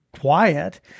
quiet